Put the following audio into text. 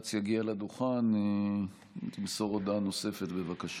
כץ יגיע לדוכן, מזכירת תמסור הודעה נוספת, בבקשה.